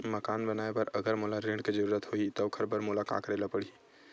मकान बनाये बर अगर मोला ऋण के जरूरत होही त ओखर बर मोला का करे ल पड़हि?